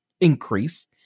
increase